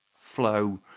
flow